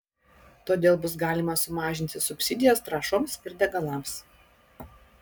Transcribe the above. todėl bus galima sumažinti subsidijas trąšoms ir degalams